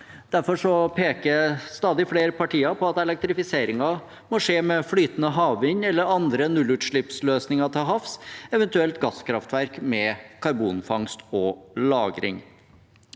Derfor peker stadig flere partier på at elektrifiseringen må skje med flytende havvind eller andre nullutslippsløsninger til havs, eventuelt gasskraftverk med karbonfangst og -lagring.